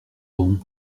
rangs